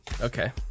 Okay